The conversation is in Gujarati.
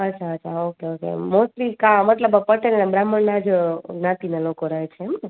અચ્છા અચ્છા ઓકે ઓકે મોસ્ટલી કાં મતલબ પટેલ ને બ્રાહ્મણ જ જ્ઞાતિનાં લોકો રહે છે એમ ને